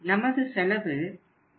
நமது செலவு 100 ரூபாய் ஆகும்